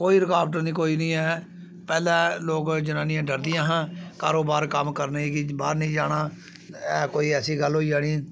कोई रकाबट निं कोई निं ऐ पैह्लें लोक जनानियां डरदियां ही कारोबार करने गी कम्म करने गी बाह्र निं जाना कोई ऐसी गल्ल होई जानी